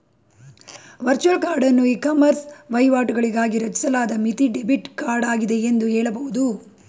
virtual ಕಾರ್ಡನ್ನು ecommerce ವಹಿವಾಟುಗಳಿಗಾಗಿ ರಚಿಸಲಾದ ಮಿತಿ ಡೆಬಿಟ್ ಕಾರ್ಡ್ ಆಗಿದೆ ಎಂದು ಹೇಳಬಹುದು